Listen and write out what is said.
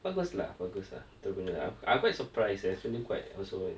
bagus lah bagus lah entrepreneur I I'm quite surprised eh it's only quite also and